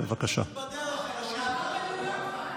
למה לנעול?